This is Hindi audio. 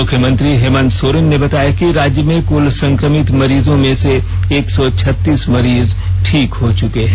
मुख्यमंत्री हेमंत सोरेन ने बताया है कि राज्य में कुल संक्रमित मरीजों में से एक सौ छत्तीस मरीज ठीक हो चुके हैं